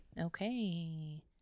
Okay